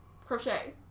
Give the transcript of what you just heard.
crochet